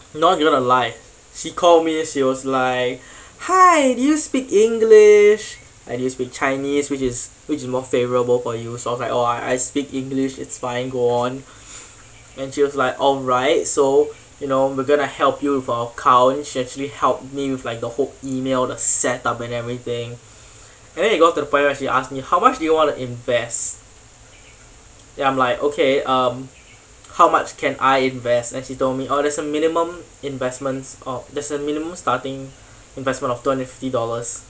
not gonna lie she called me she was like hi do you speak english and do you speak chinese which is which is more favorable for you sort of like oh I I speak english it's fine go on and she was like alright so you know we're gonna help you with our account she actually helped me with like the whole email the set-up and everything and then it got to the point where she asked me how much do you want to invest then I'm like okay um how much can I invest and she told me oh there's a minimum investments or there's a minimum starting investment of two hundred and fifty dollars